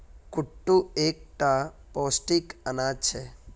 कुट्टू एक टा पौष्टिक अनाज छे